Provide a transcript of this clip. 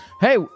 hey